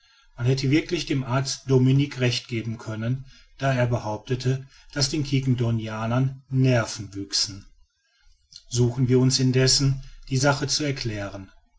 man hätte wirklich dem arzte dominique recht geben können der da behauptete daß den quiquendonianern nerven wüchsen suchen wir uns indessen die sache zu erklären